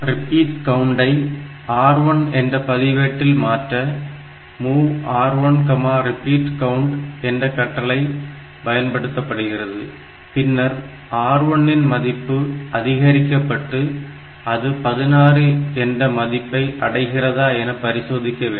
repeat கவுண்டை R1 என்ற பதிவேட்டில் மாற்ற MOV R1 repeat count என்ற கட்டளை பயன்படுத்தப்படுகிறது பின்னர் R1 இன் மதிப்பு அதிகரிக்கப்பட்டு அது 16 என்ற மதிப்பை அடைகிறதா என பரிசோதிக்க வேண்டும்